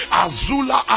azula